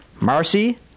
Marcy